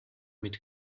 mit